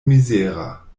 mizera